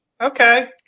okay